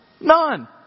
none